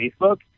Facebook